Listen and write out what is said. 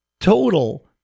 total